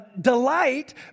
delight